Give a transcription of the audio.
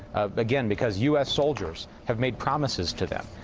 again, because u s. soldiers have made promises to them.